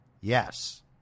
Yes